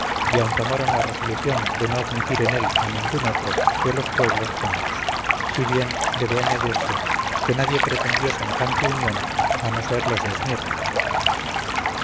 y aun tomaron la resolución de no admitir en él a ningún otro que los pueblos jonios si bien debe añadirse que nadie pretendió semejante unión a no ser los de esmirna